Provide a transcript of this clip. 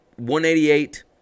188